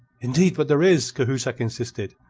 indeed, but there is, cahusac insisted.